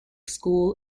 school